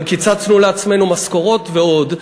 גם קיצצנו לעצמנו משכורות ועוד.